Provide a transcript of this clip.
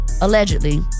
allegedly